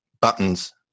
buttons